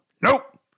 Nope